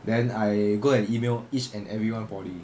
then I go and email each and every one poly